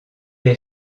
est